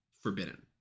forbidden